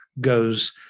goes –